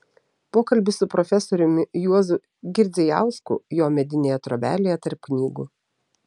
pokalbis su profesoriumi juozu girdzijausku jo medinėje trobelėje tarp knygų